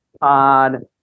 on